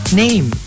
name